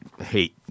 hate